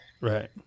Right